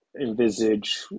envisage